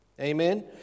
Amen